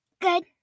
Good